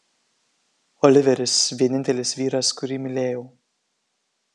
oliveris vienintelis vyras kurį mylėjau